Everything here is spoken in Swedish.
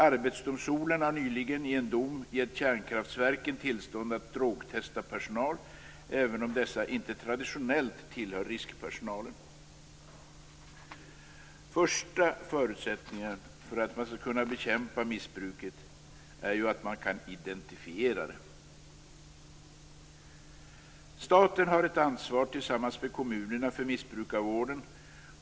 Arbetsdomstolen har nyligen i en dom gett kärnkraftverken tillstånd att drogtesta personal även om dessa personer inte traditionellt tillhör riskpersonalen. Den första förutsättningen för att man skall kunna bekämpa missbruket är ju att man kan identifiera det. Staten har tillsammans med kommunerna ett ansvar för missbrukarvården.